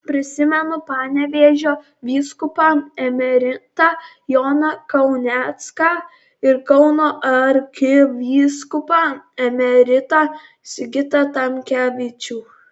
prisimenu panevėžio vyskupą emeritą joną kaunecką ir kauno arkivyskupą emeritą sigitą tamkevičių